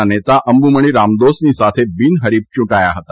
ના નેતા અંબુમણી રામદોસની સાથે બિન ્રીફ યૂંટાયા હતા